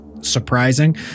surprising